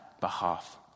behalf